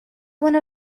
one